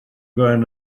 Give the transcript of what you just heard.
going